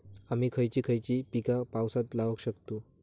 आम्ही खयची खयची पीका पावसात लावक शकतु?